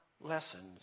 lessons